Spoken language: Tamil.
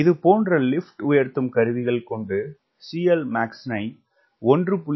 இதுபோன்ற லிப்ட் உயர்த்தும் கருவிகள் கொண்டு CLmax தனை 1